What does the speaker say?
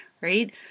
right